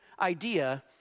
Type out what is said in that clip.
idea